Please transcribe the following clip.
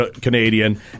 Canadian